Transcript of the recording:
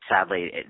sadly